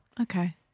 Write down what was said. Okay